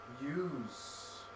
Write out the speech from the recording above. use